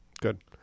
Good